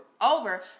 over